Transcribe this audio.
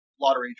lottery